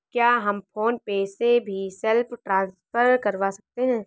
क्या हम PhonePe से भी सेल्फ ट्रांसफर करवा सकते हैं?